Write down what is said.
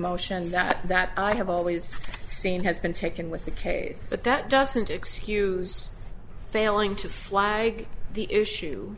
motion that that i have always seen has been taken with the case but that doesn't excuse failing to flag the issue